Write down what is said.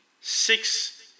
six